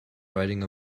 riding